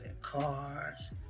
cars